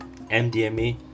MDMA